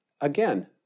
again